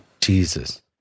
Jesus